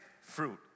fruit